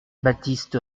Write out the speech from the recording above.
baptiste